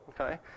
okay